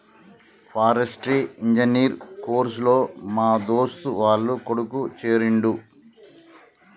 forestry engineer course లో మా దోస్తు వాళ్ల కొడుకు చేరిండు